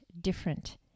different